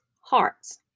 hearts